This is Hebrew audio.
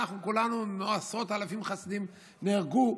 עשרות אלפי חסידים נהרגו.